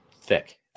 thick